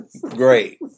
Great